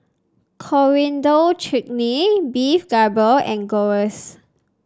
Coriander Chutney Beef Galbi and Gyros